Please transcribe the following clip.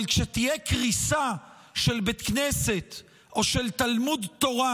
אבל כשתהיה קריסה של בית כנסת או של תלמוד תורה,